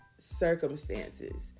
circumstances